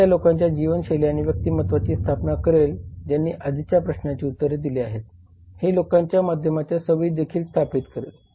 हे त्या लोकांच्या जीवनशैली आणि व्यक्तिमत्त्वाची स्थापना करेल ज्यांनी आधीच्या प्रश्नांना उत्तर दिले आहेत हे लोकांच्या माध्यमांच्या सवयी देखील स्थापित करेल